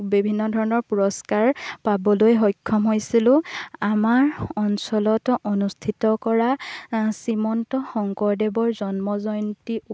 বিভিন্ন ধৰণৰ পুৰস্কাৰ পাবলৈ সক্ষম হৈছিলোঁ আমাৰ অঞ্চলত অনুষ্ঠিত কৰা শ্ৰীমন্ত শংকৰদেৱৰ জন্ম জয়ন্তী